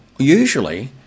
Usually